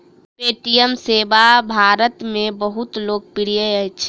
Paytm सेवा भारत में बहुत लोकप्रिय अछि